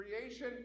creation